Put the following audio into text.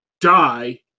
die